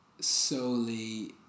solely